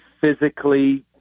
physically